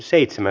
asia